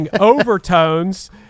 overtones